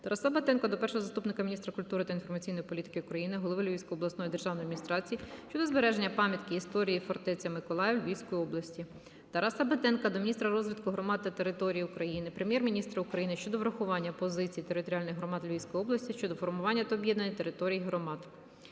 Тараса Батенка до першого заступника міністра культури та інформаційної політики України, голови Львівської обласної державної адміністрації щодо збереження пам'ятки історії "Фортеця Миколаїв" Львівської області. Тараса Батенка до міністра розвитку громад та територій України, Прем'єр-міністра України щодо врахування позиції територіальних громад Львівської області щодо формування та об'єднання територій громад.